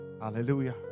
Hallelujah